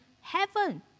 heaven